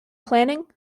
planning